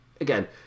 again